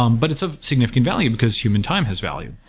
um but it's a significant value, because human time has value.